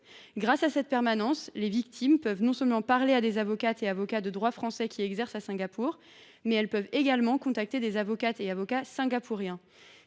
Grâce à cette permanence, les victimes peuvent non seulement parler à des avocates et avocats de droit français exerçant à Singapour, mais aussi contacter des avocates et avocats singapouriens.